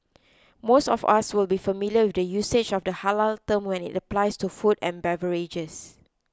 most of us will be familiar with the usage of the halal term when it applies to food and beverages